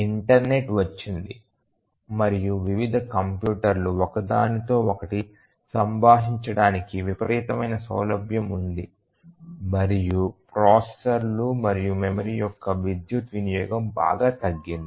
internet వచ్చింది మరియు వివిధ కంప్యూటర్లు ఒకదానితో ఒకటి సంభాషించడానికి విపరీతమైన సౌలభ్యం ఉంది మరియు ప్రాసెసర్లు మరియు మెమరీ యొక్క విద్యుత్ వినియోగం బాగా తగ్గింది